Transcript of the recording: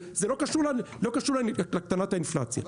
זה לא קשור לנו, לא קשור להקטנת האינפלציה.